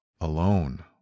alone